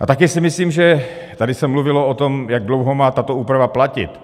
A také si myslím, že tady se mluvilo o tom, jak dlouho má tato úprava platit.